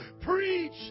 preach